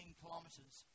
kilometers